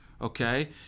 Okay